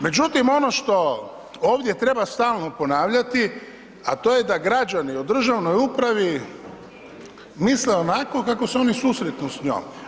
Međutim, ono što ovdje treba stalno ponavljati, a to je da građani u državnoj upravi misle onako kako se oni susretnu s njom.